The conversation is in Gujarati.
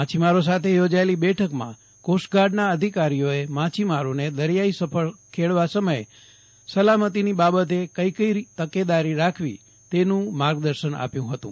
માછીમારો સાથે યોજાયેલી બેઠકમાં કોસ્ટગાર્ડના અધિકારીઓએ માછીમારોને દરિયાઇ સફર ખેડવા સમયે સલામતીની બાબતે કઇ કઇ તકેદારી રાખવી તેનું માર્ગદર્શન આપ્યું હતુ